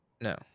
No